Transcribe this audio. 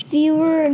Viewer